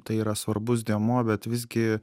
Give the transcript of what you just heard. tai yra svarbus dėmuo bet visgi